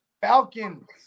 Falcons